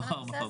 מחר.